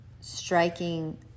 striking